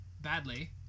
badly